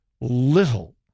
little